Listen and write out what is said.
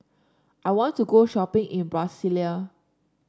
I want to go shopping in Brasilia